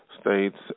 states